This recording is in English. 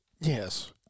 Yes